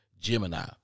Gemini